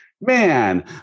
man